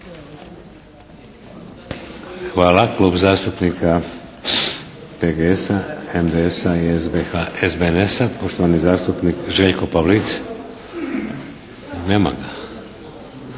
Hvala. Klub zastupnika PGS-a, MDS-a i SBHS-a, poštovani zastupnik Željko Pavlic. Nema ga.